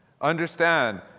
Understand